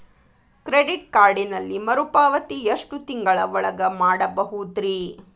Credit ಕಾರ್ಡಿನಲ್ಲಿ ಮರುಪಾವತಿ ಎಷ್ಟು ತಿಂಗಳ ಒಳಗ ಮಾಡಬಹುದ್ರಿ?